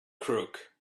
crook